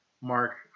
Mark